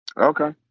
Okay